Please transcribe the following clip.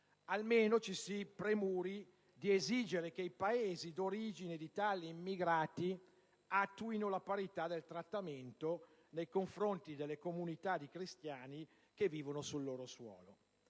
almeno ci si premuri di esigere che i Paesi d'origine di tali immigrati attuino la parità del trattamento nei confronti delle comunità di cristiani che vivono sul loro suolo.